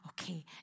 okay